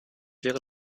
wäre